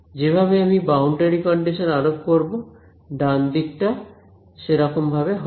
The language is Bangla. যেভাবে আমি বাউন্ডারি কন্ডিশন আরোপ করব ডান দিকটা সেরকম ভাবে হবে